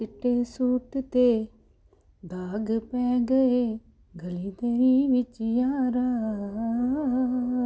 ਚਿੱਟੇ ਸੂਟ 'ਤੇ ਦਾਗ ਪੈ ਗਏ ਗਲੀ ਤੇਰੀ ਵਿੱਚ ਯਾਰਾ